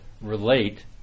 relate